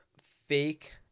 fake